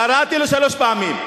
קראתי לו שלוש פעמים.